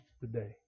today